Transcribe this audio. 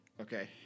Okay